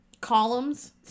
columns